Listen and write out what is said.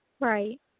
Right